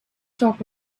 talk